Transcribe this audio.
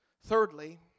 Thirdly